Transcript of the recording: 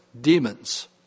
demons